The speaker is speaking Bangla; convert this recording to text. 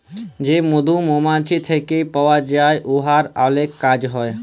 যে মধু মমাছি থ্যাইকে পাউয়া যায় উয়ার অলেক কাজ হ্যয়